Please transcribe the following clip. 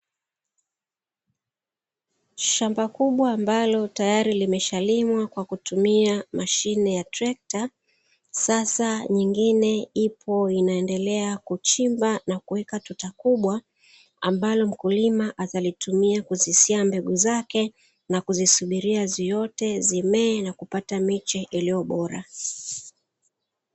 Shamba kubwa ambalo tayari limeshalimwa kwa kutumia mashine ya trekta, sasa nyingine ipo inaendelea kuchimba na kuweka tuta kubwa, ambalo mkulima atalitumia kuzisia mbegu zake, na kuzisubiria ziote zimee na kupata miche iliyo bora.